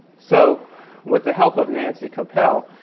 so with the help of nancy kopell,